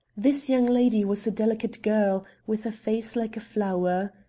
this young lady was a delicate girl, with a face like a flower.